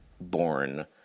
born